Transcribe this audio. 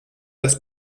das